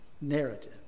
narrative